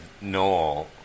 Noel